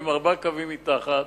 עם ארבעה קווים מתחת.